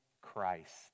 Christ